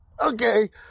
okay